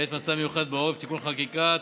בעת מצב מיוחד בעורף (תיקוני חקיקה),